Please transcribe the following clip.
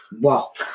walk